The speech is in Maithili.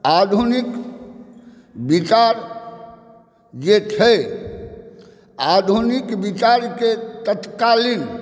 आधुनिक दिशा जे छै आधुनिक विचारकेॅं तत्कालिक